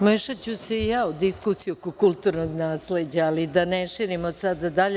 Umešaću se i ja u diskusiju oko kulturnog nasleđa, ali da ne širimo sada dalje.